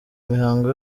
mihango